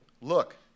look